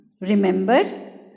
Remember